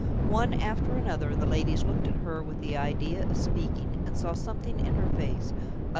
one after another the ladies looked at her with the idea of speaking, and saw something in her face,